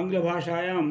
आङ्ग्लभाषायां